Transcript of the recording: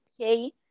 okay